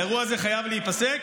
האירוע הזה חייב להיפסק,